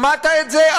שמעת את זה,